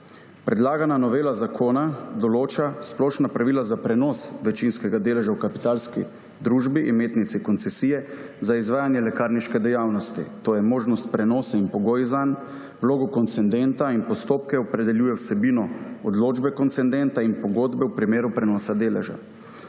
Predlagana novela zakona določa splošna pravila za prenos večinskega deleža v kapitalski družbi imetnici koncesije za izvajanje lekarniške dejavnosti, to je možnost prenosa in pogoji zanj, vlogo koncedenta in postopke, opredeljuje vsebino odločbe koncedenta in pogodbe v primeru prenosa deleža.